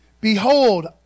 Behold